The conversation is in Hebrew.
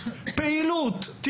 תיאמו במכינה פעילות,